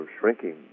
shrinking